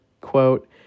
quote